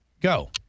Go